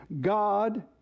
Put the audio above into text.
God